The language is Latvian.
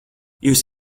jūs